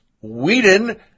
Whedon